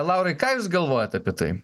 laurai ką jūs galvojat apie tai